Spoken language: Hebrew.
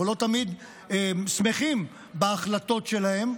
ואנו לא תמיד שמחים בהחלטות שלהם,